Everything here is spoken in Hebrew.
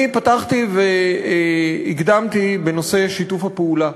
אני פתחתי והקדמתי בנושא שיתוף הפעולה,